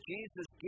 Jesus